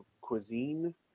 cuisine